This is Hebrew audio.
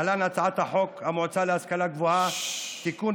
להלן הצעת החוק המועצה להשכלה גבוהה (תיקון,